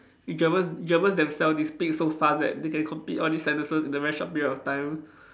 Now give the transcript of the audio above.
German German themselves they speak so fast right they can complete all these sentences in a very short period of time